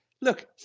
Look